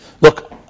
Look